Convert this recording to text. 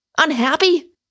Unhappy